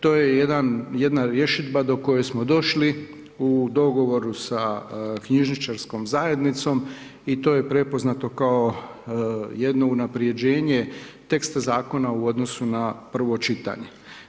To je jedna rješidba do koje smo došli u dogovoru sa knjižničarskom zajednicom i to je prepoznato kao jedno unapređenje tekst zakona u odnosu na prvo čitanje.